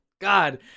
God